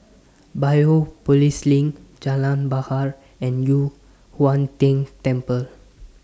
Biopolis LINK Jalan Bahar and Yu Huang Tian Temple